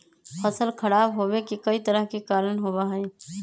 फसल खराब होवे के कई तरह के कारण होबा हई